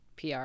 PR